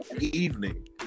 evening